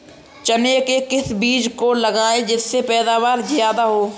चने के किस बीज को लगाएँ जिससे पैदावार ज्यादा हो?